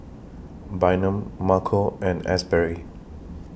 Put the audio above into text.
Bynum Marco and Asberry